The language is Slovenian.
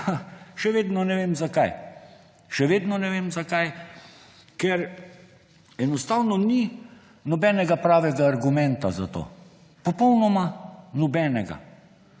Še vedno ne vem zakaj, ker enostavno ni nobenega pravega argumenta za to. Popolnoma nobenega.